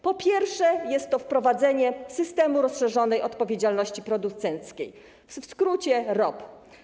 Po pierwsze, jest to wprowadzenie systemu rozszerzonej odpowiedzialności producenckiej, w skrócie ROP.